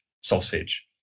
sausage